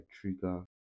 trigger